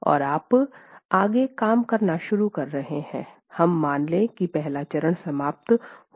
तो आप आगे कम करना शुरू कर रहे हैं हम मान लें कि पहला चरण समाप्त हो गया है